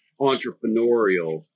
entrepreneurial